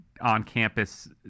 on-campus